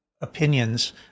opinions